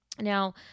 Now